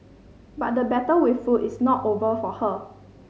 but the battle with food is not over for her